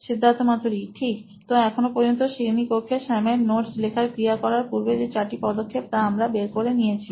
সিদ্ধার্থ মাতু রি C E O নোইন ইলেক্ট্রনিক্স ঠিক তো এখনো পর্যন্ত শ্রেণীকক্ষে স্যামের নোটস লেখার ক্রিয়া করার পূর্বে যে চারটি পদক্ষেপ তা আমরা বের করে নিয়েছি